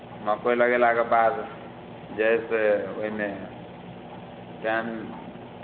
मकइ लगेलाके बाद जइसे ओहिमे टाइम